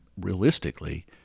realistically